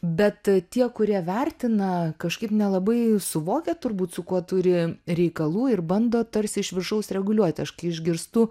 bet tie kurie vertina kažkaip nelabai suvokia turbūt su kuo turi reikalų ir bando tarsi iš viršaus reguliuoti aš kai išgirstu